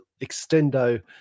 extendo